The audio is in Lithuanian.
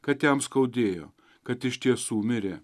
kad jam skaudėjo kad iš tiesų mirė